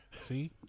See